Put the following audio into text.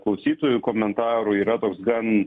klausytojų komentarų yra toks gan